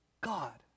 God